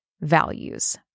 values